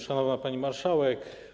Szanowna Pani Marszałek!